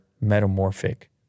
metamorphic